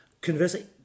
Conversely